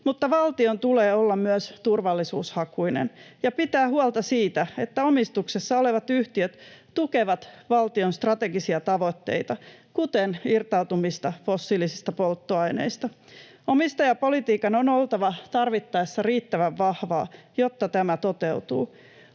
mutta valtion tulee olla myös turvallisuushakuinen ja pitää huolta siitä, että omistuksessa olevat yhtiöt tukevat valtion strategisia tavoitteita, kuten irtautumista fossiilisista polttoaineista. Omistajapolitiikan on oltava tarvittaessa riittävän vahvaa, jotta tämä toteutuu.